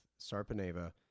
Sarpaneva